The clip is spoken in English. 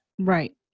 Right